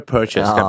Purchase